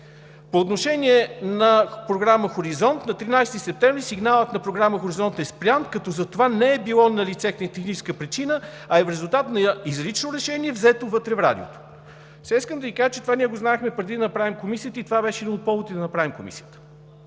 По отношение на програма „Хоризонт“. „На 13 септември сигналът на програма „Хоризонт“ е спрян, като за това не е било налице техническа причина, а е в резултат на изрично решение, взето вътре в Радиото.“ Сега искам да Ви кажа, че това ние го знаехме преди да направим Комисията и това беше един от поводите да направим Комисията.